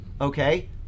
okay